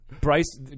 Bryce –